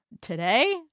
Today